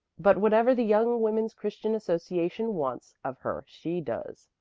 but whatever the young women's christian association wants of her she does.